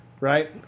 right